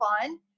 fun